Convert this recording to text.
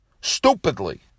stupidly